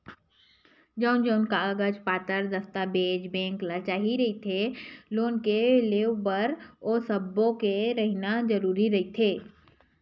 जउन जउन कागज पतर दस्ताबेज बेंक ल चाही रहिथे लोन के लेवब बर ओ सब्बो के रहिना जरुरी रहिथे